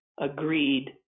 agreed